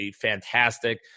Fantastic